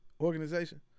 organization